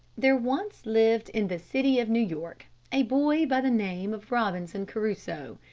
there once lived in the city of new york, a boy by the name of robinson crusoe.